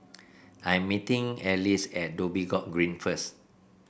I am meeting Alys at Dhoby Ghaut Green first